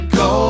go